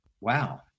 wow